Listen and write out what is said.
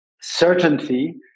certainty